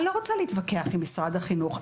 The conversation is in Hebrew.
אני רוצה להתווכח עם משרד החינוך.